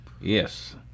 Yes